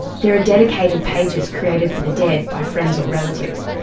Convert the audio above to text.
there are dedicated pages created for the dead by friends or relatives.